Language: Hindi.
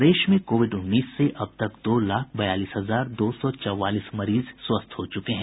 प्रदेश में कोविड उन्नीस से अब तक दो लाख बयालीस हजार दो सौ चौवालीस मरीज स्वस्थ हो चुके हैं